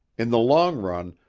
in the long run,